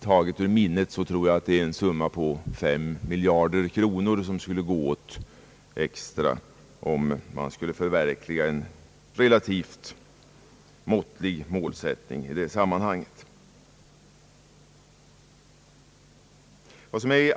Taget ur minnet tror jag att det är omkring fem miljarder kronor, som skulle krävas extra, om man skulle förverkliga en relativt måttlig målsättning i det sammanhanget.